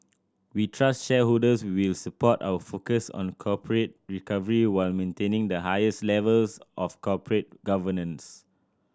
we trust shareholders will support our focus on corporate recovery while maintaining the highest levels of corporate governance